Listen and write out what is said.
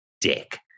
dick